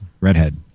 Redhead